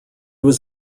was